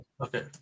Okay